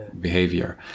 behavior